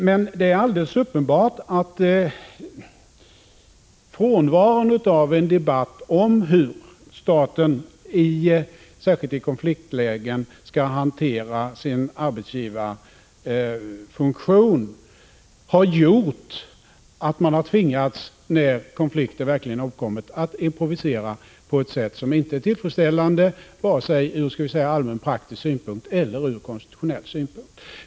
Men det är alldeles uppenbart att frånvaron av en debatt om hur staten, särskilt i konfliktlägen, skall hantera sin arbetsgivarfunktion har gjort att man, när konflikten verkligen har uppkommit, har tvingats att improvisera på ett sätt som inte är tillfredställande, vare sig från praktisk synpunkt eller från konstitutionell synpunkt.